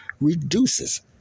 reduces